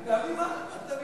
אל תביאו ילדים.